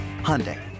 Hyundai